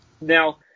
Now